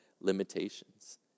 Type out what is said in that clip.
limitations